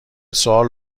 سوال